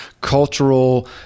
cultural